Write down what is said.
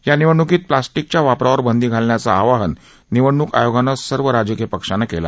या निवडणुकीत प्लास्टिकच्या वापरावर बंदी घालण्याचा आवाहन निवडणुक आयोगानं सर्व राजकीय पक्षाना केला